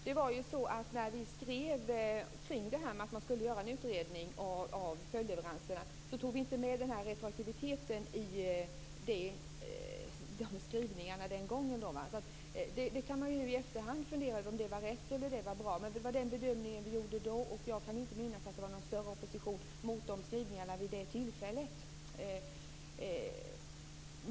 Fru talman! När vi skrev kring det faktum att det skall göras en utredning av följdleveranserna gick vi inte in på retroaktiviteten. Man kan i efterhand fundera över om det var rätt och bra, men det var den bedömningen vi gjorde då. Jag kan inte minnas att det var någon större opposition mot skrivningarna vid det tillfället.